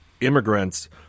immigrants